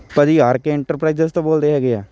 ਭਾਅ ਜੀ R K enterprises ਤੋਂ ਬੋਲਦੇ ਹੈਗੇ ਹੈ